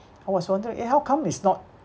I was wondering eh how come it's not